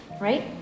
right